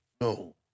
No